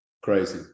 crazy